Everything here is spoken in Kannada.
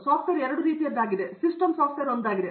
ಸಾಫ್ಟ್ವೇರ್ ಎರಡು ರೀತಿಯದ್ದಾಗಿದೆ ಸಿಸ್ಟಮ್ ಸಾಫ್ಟ್ವೇರ್ ಒಂದಾಗಿದೆ